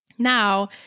Now